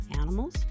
animals